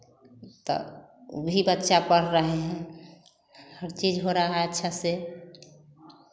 तभी बच्चा पढ़ रहे हैं हर चीज़ हो रहा है अच्छे से